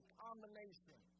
combination